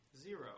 Zero